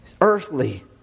earthly